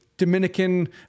Dominican